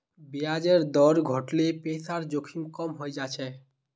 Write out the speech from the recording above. ब्याजेर दर घट ल पैसार जोखिम कम हइ जा छेक